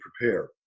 prepare